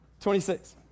26